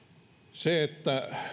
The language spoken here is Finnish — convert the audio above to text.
se että